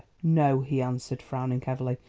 no, he answered, frowning heavily,